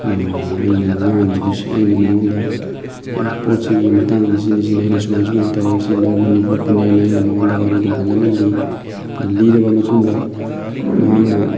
ꯑꯩꯅ ꯉꯥꯡꯉꯤꯗꯨ ꯁꯤ ꯑꯩꯅ ꯃꯉꯣꯟꯗ ꯑꯦ ꯄꯣꯠꯁꯤꯒꯤ ꯃꯇꯥꯡꯗ ꯁꯤꯅꯤ ꯁꯤꯅꯤ ꯑꯩꯅ ꯁꯨꯃꯥꯏꯅ ꯁꯨꯃꯥꯏꯅ ꯇꯧꯔꯒ ꯁꯤ ꯂꯧꯕꯅꯤ ꯈꯣꯠꯄꯅꯤꯅ ꯑꯩꯅ ꯃꯉꯣꯟꯗ ꯋꯥꯔꯤꯗꯨ ꯐꯖꯅ ꯂꯤ ꯑꯗꯨ ꯂꯤꯔꯕ ꯃꯇꯨꯡꯗ ꯃꯍꯥꯛꯅ